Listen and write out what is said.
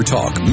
Talk